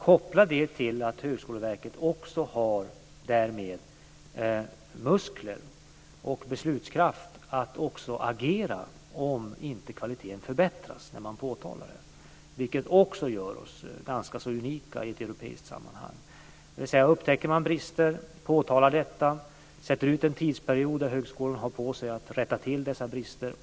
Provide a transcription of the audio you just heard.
Kopplat till att Högskoleverket också har muskler och beslutskraft att agera om inte kvaliteten förbättras när man påtalar brister gör det oss också ganska unika i ett europeiskt sammanhang. Upptäcker man brister påtalar man detta och sätter upp en tidsperiod som högskolan har på sig att rätta till dessa brister.